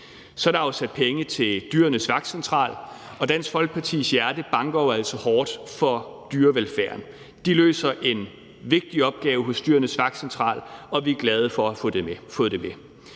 Så er der afsat penge til Dyrenes Vagtcentral, og Dansk Folkepartis hjerte banker jo altså hårdt for dyrevelfærden. De løser en vigtig opgave hos Dyrenes Vagtcentral, og vi er glade for at have fået det med.